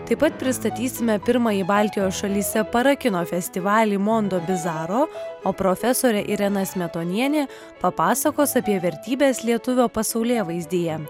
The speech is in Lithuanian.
taip pat pristatysime pirmąjį baltijos šalyse parakino festivalį mondobizaro o profesorė irena smetonienė papasakos apie vertybes lietuvio pasaulėvaizdyje